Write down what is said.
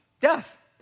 death